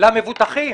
חוזר למבוטחים.